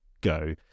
go